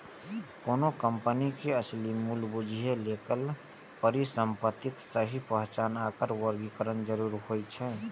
कोनो कंपनी के असली मूल्य बूझय लेल परिसंपत्तिक सही पहचान आ वर्गीकरण जरूरी होइ छै